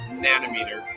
nanometer